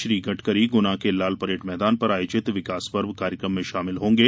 श्री गडकरी गुना के लालपरेड मैदान पर आयोजित विकास पर्व कार्यकम में शामिल होंगे